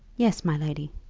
yes, my lady.